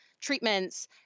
treatments